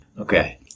Okay